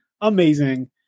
amazing